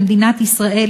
במדינת ישראל,